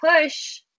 push